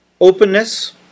Openness